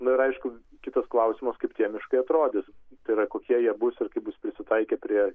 na ir aišku kitas klausimas kaip tie miškai atrodys tai yra kokie jie bus ir kaip bus prisitaikę prie